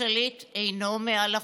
השליט אינו מעל החוק.